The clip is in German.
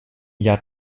jahr